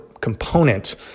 component